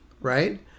Right